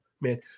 man